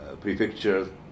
prefecture